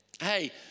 hey